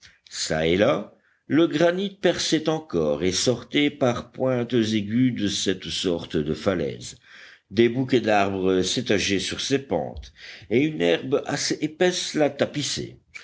çà et là le granit perçait encore et sortait par pointes aiguës de cette sorte de falaise des bouquets d'arbres s'étageaient sur ses pentes et une herbe assez épaisse la tapissait